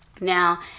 Now